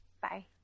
Bye